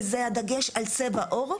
וזה הדגש על צבע עור.